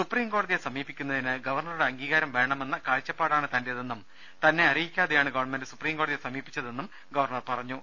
സുപ്രീംകോടതിയെ സമീ പിക്കുന്നതിന് ഗവർണറുടെ അംഗീകാരം വേണമെന്ന കാഴ്ചപ്പാടാണ് തന്റേതെന്നും തന്നെ അറിയിക്കാതെയാണ് ഗവൺമെന്റ് സുപ്രീംകോ ടതിയെ സമീപിച്ചതെന്നും ഗവർണർ പറഞ്ഞു